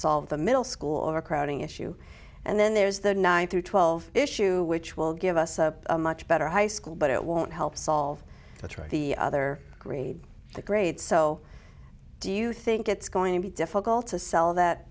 solve the middle school or crowding issue and then there's the nine through twelve issue which will give us a much better high school but it won't help solve that's right the other grade the grades so do you think it's going to be difficult to sell that